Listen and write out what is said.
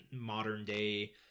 modern-day